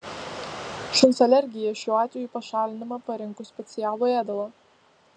šuns alergija šiuo atveju pašalinama parinkus specialų ėdalą